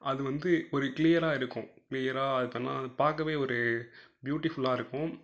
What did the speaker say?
அது வந்து ஒரு கிளியராக எடுக்கும் கிளியராக அது பேர் என்ன பார்க்கவே ஒரு பியூட்டிஃபுல்லாக இருக்கும்